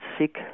sick